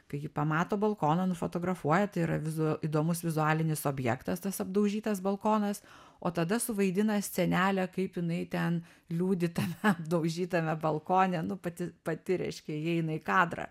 kai ji pamato balkoną nufotografuoja tai yra vizu įdomus vizualinis objektas tas apdaužytas balkonas o tada suvaidina scenelę kaip jinai ten liūdi tame apdaužytame balkone pati pati reiškia įeina į kadrą